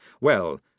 Well